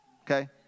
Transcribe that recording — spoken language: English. okay